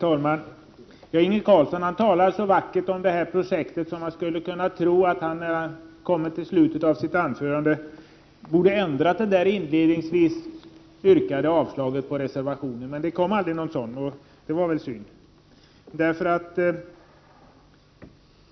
Herr talman! Inge Carlsson talade så vackert om det här projektet att jag trodde att han i slutet av sitt anförande skulle ta tillbaka det inledningsvis framförda yrkandet om avslag på reservationen. Men han gjorde inte det. Det tycker jag är synd.